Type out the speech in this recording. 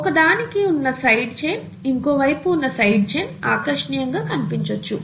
ఒకదానికి ఉన్న side chain కి ఇంకో వైపు ఉన్న సైడ్ చైన్ ఆకర్షణీయంగా కనిపించొచ్చు